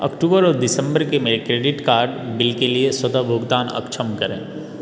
अक्टूबर और दिसंबर के मेरे क्रेडिट कार्ड बिल के लिए स्वतः भुगतान अक्षम करें